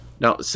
Now